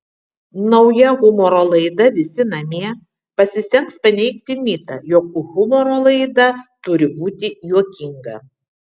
nauja humoro laida visi namie pasistengs paneigti mitą jog humoro laida turi būti juokinga